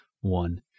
one